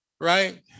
right